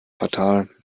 fatal